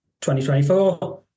2024